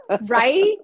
right